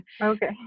Okay